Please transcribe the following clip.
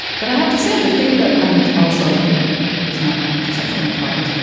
but i have to say, the thing that and also i was not heterosexual in college.